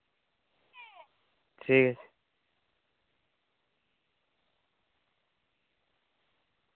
ᱴᱷᱤᱠ ᱟᱪᱷᱮ